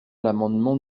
l’amendement